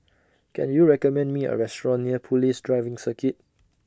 Can YOU recommend Me A Restaurant near Police Driving Circuit